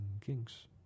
King's